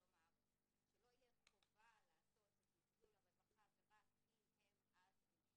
שלא תהיה חובה לעשות את מסלול הרווחה ורק אז המשטרה